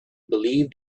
believed